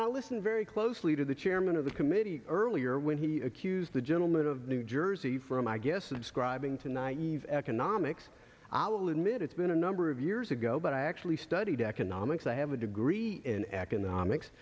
now listen very closely to the chairman of the committee earlier when he accused the gentleman of new jersey from i guess subscribing to naive economics i will admit it's been a number of years ago but i actually studied economics i have a degree in economics